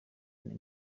and